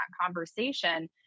conversation